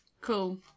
cool